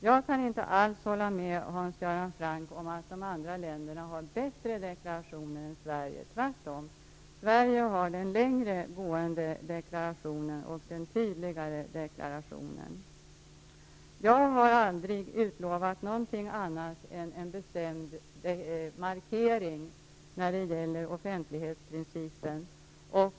Jag kan inte alls hålla med Hans Göran Franck om att de andra länderna har bättre deklarationer än Sverige, tvärtom. Sverige har den längre gående deklarationen och den tydligare deklarationen. Jag har aldrig utlovat någonting annat än en bestämd markering när det gäller offentlighetsprincipen.